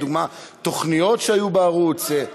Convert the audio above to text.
לדוגמה: תוכניות שהיו בערוץ, יואל,